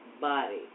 body